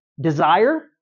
desire